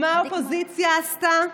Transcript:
ומה האופוזיציה עשתה?